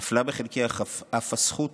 אף נפלה בחלקי הזכות